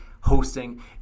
hosting